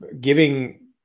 giving